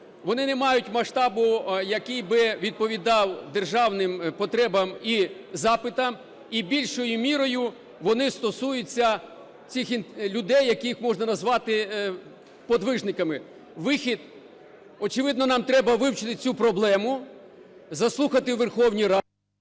вони не мають масштабу, який би відповідав державним потребам і запитам. І більшою мірою, вони стосуються цих людей, яких можна назвати подвижниками. Вихід. Очевидно, нам треба вивчити цю проблему, заслухати у Верховній…